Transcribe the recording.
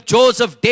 Joseph